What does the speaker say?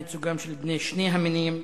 לייצוגם של בני שני המינים,